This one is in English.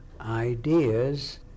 ideas